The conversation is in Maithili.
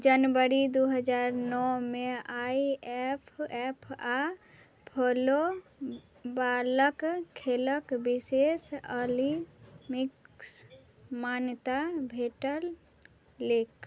जनवरी दुइ हजार नओमे आइ एफ एफ आओर फलो बालक खेलकेँ विशेष ओलिम्पिक्स मान्यता भेटलै